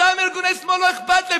אותם ארגוני שמאל לא אכפת להם,